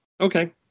Okay